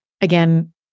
again